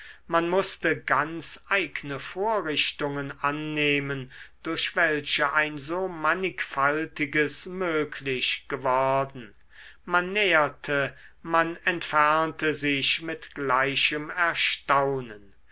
man mußte ganz eigne vorrichtungen annehmen durch welche ein so mannigfaltiges möglich geworden man näherte man entfernte sich mit gleichem erstaunen